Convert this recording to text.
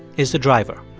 is the driver.